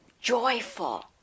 joyful